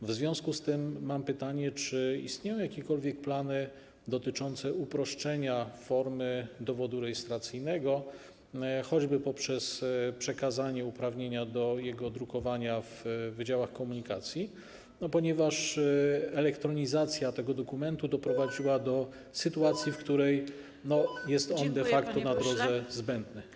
W związku z tym mam pytanie: Czy istnieją jakiekolwiek plany dotyczące uproszczenia formy dowodu rejestracyjnego choćby poprzez przekazanie uprawnienia do jego drukowania w wydziałach komunikacji, ponieważ elektronizacja tego dokumentu doprowadziła do sytuacji, w której jest on de facto na drodze zbędny?